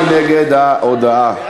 מי נגד ההודעה?